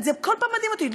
זה כל פעם מדהים אותי,